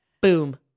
Boom